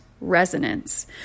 resonance